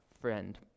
friend